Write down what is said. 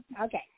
Okay